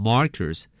Markers